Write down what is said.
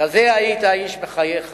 כזה היית האיש בחייך,